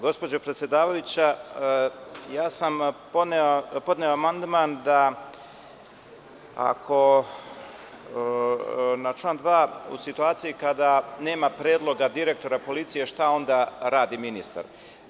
Gospođo predsedavajuća, ja sam podneo amandman, na član 2. u situaciji kada nema predloga direktora policije, šta onda radi ministar.